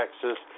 Texas